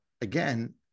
again